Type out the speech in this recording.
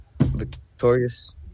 victorious